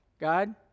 God